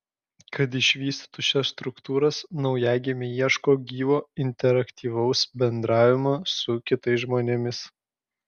kad išvystytų šias struktūras naujagimiai ieško gyvo interaktyvaus bendravimo su kitais žmonėmis